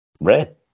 Red